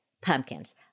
Pumpkins